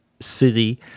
city